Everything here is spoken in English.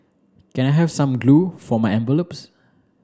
can I have some glue for my envelopes